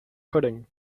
pudding